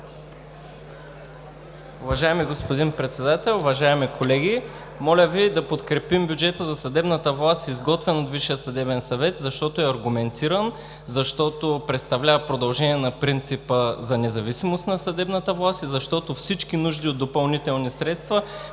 Уважаеми господин Председател, уважаеми колеги, моля Ви да подкрепим бюджета за съдебната власт, изготвен от Висшия съдебен съвет, защото е аргументиран, защото представлява продължение на принципа за независимост на съдебната власт и защото всички нужди от допълнителни средства